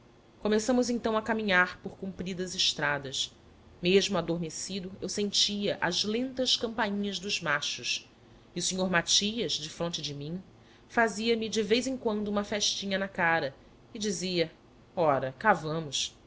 começamos então a caminhar por compridas estradas mesmo adormecido eu sentia as lentas campainhas dos machos e o senhor matias defronte de mim fazia-me de vez em quando uma festinha na cara e dizia ora